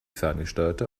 ferngesteuerte